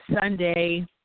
Sunday